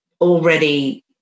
already